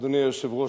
אדוני היושב-ראש,